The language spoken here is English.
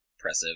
impressive